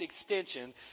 extension